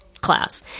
class